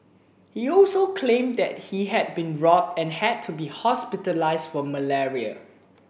he also claimed that he had been robbed and had to be hospitalised for malaria